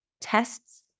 tests